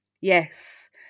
Yes